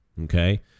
Okay